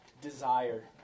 desire